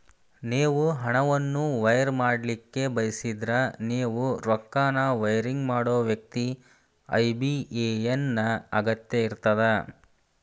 ನೇವು ಹಣವನ್ನು ವೈರ್ ಮಾಡಲಿಕ್ಕೆ ಬಯಸಿದ್ರ ನೇವು ರೊಕ್ಕನ ವೈರಿಂಗ್ ಮಾಡೋ ವ್ಯಕ್ತಿ ಐ.ಬಿ.ಎ.ಎನ್ ನ ಅಗತ್ಯ ಇರ್ತದ